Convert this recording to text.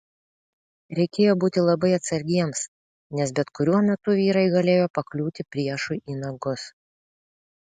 reikėjo būti labai atsargiems nes bet kuriuo metu vyrai galėjo pakliūti priešui į nagus